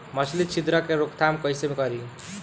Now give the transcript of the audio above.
फली छिद्रक के रोकथाम कईसे करी?